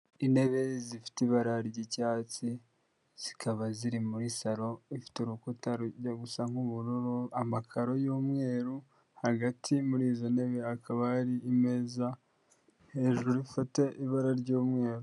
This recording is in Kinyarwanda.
Intebe zifite ibara ry'icyatsi, zikaba ziri muri salon ifite urukuta rujya rusa nku'ubururu amakaro y'umweru. Hagati muri izo ntebe akaba ari imeza hejuru ifite ibara ry'umweru.